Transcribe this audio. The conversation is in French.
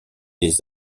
des